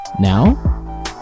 Now